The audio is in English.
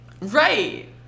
Right